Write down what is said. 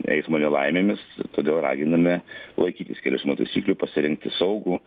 eismo nelaimėmis todėl raginame laikytis kelių eismo taisyklių pasirinkti saugų